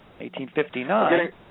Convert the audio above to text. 1859